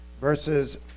verses